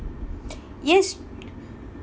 yes